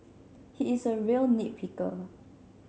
he is a real nit picker